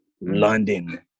London